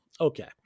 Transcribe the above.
okay